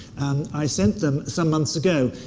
i sent them, some months ago,